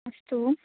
अस्तु